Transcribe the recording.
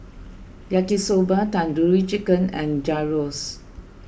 Yaki Soba Tandoori Chicken and Gyros